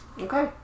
Okay